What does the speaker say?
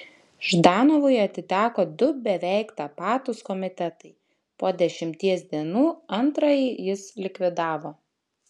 ždanovui atiteko du beveik tapatūs komitetai po dešimties dienų antrąjį jis likvidavo